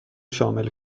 شامل